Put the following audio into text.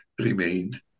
remained